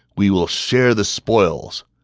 we will share the spoils.